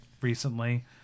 recently